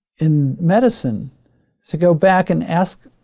in medicine to go back and ask,